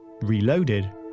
reloaded